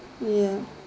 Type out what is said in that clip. ya